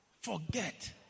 Forget